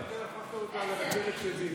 ואתם הפכתם אותה לרכבת שדים.